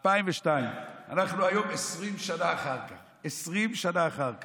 2002. אנחנו היום 20 שנים אחר כך,